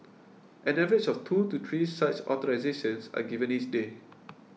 an average of two to three such authorisations are given each day